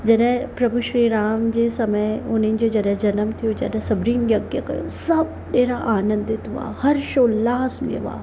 जॾहिं प्रभु श्री राम जे समय उन्हनि जे जॾहिं जनमु थियो जॾहिं सभिनीनि यज्ञ कयो सभु अहिड़ा आनंदित हुआ हर्षो उल्लास में हुआ